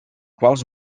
quals